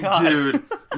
Dude